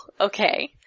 okay